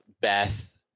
Beth